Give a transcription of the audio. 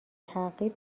تغییر